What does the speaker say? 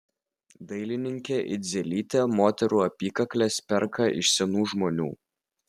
dailininkė idzelytė moterų apykakles perka iš senų žmonių